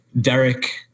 Derek